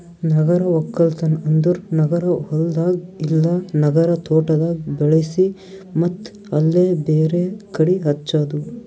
ನಗರ ಒಕ್ಕಲ್ತನ್ ಅಂದುರ್ ನಗರ ಹೊಲ್ದಾಗ್ ಇಲ್ಲಾ ನಗರ ತೋಟದಾಗ್ ಬೆಳಿಸಿ ಮತ್ತ್ ಅಲ್ಲೇ ಬೇರೆ ಕಡಿ ಹಚ್ಚದು